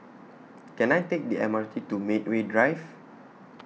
Can I Take The M R T to Medway Drive